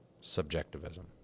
subjectivism